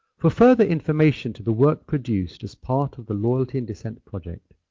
for further information to the work produced as part of the loyalty and dissent project,